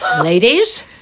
Ladies